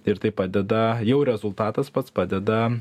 ir tai padeda jau rezultatas pats padeda